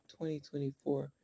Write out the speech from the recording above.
2024